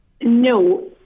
No